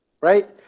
right